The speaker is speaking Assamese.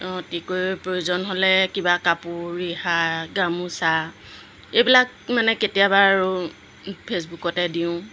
অঁ কি কৰোঁ প্ৰয়োজন হ'লে কিবা কাপোৰ ৰিহা গামোচা এইবিলাক মানে কেতিয়াবা আৰু ফেচবুকতে দিওঁ